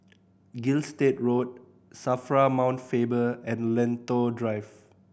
Gilstead Road SAFRA Mount Faber and Lentor Drive